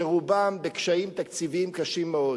שרובן בקשיים תקציביים קשים מאוד: